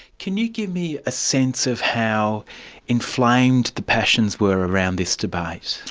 can you give me a sense of how inflamed the passions were around this debate?